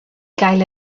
gael